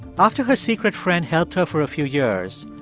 after her secret friend helped her for a few years,